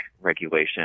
regulation